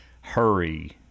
hurry